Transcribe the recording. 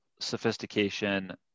sophistication